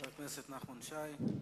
חבר הכנסת נחמן שי,